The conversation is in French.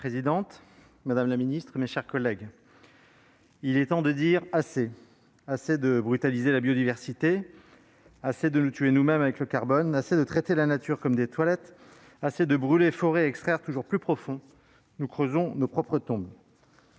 Madame la présidente, madame la secrétaire d'État, mes chers collègues, « Il est temps de dire :" Assez !" Assez de brutaliser la biodiversité ; assez de nous tuer nous-mêmes avec le carbone ; assez de traiter la nature comme des toilettes ; assez de brûler, forer et extraire toujours plus profond. Nous creusons nos propres tombes.